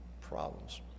problems